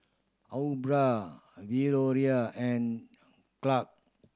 Aubra Valorie and Clarke